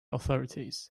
authorities